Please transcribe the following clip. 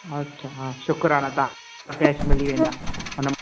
अच्छा हा शुकुराना तव्हां कैश मिली वेंदा उन